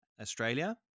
Australia